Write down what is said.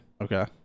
Okay